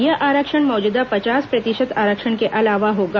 यह आरक्षण मौजूदा पचास प्रतिशत आरक्षण के अलावा होगा